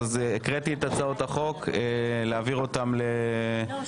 מ/1624 הצעת חוק הדרכונים (תיקון - מתן דרכון לעולה),